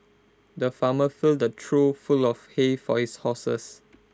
the farmer filled A trough full of hay for his horses